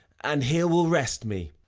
and here will rest me.